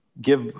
give